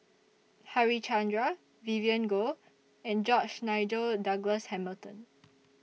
Harichandra Vivien Goh and George Nigel Douglas Hamilton